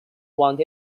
want